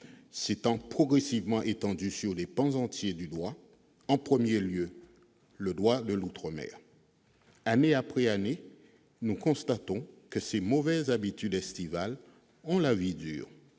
s'étant progressivement étendu à des pans entiers du droit, en premier lieu au droit de l'outre-mer. Année après année, nous constatons que ces mauvaises habitudes estivales ont la vie dure